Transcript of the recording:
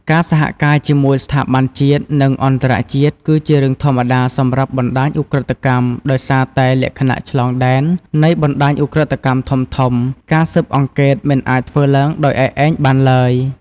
ការសហការជាមួយស្ថាប័នជាតិ និងអន្តរជាតិ គឺជារឿងធម្មតាសម្រាប់បណ្តាញឧក្រិដ្ឋកម្មដោយសារតែលក្ខណៈ ឆ្លងដែន នៃបណ្តាញឧក្រិដ្ឋកម្មធំៗ ការស៊ើបអង្កេតមិនអាចធ្វើឡើងដោយឯកឯងបានឡើយ។